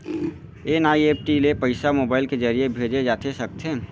NEFT ले पइसा mobile के ज़रिए भेजे जाथे सकथे?